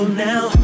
now